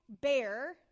bear